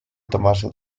tomarse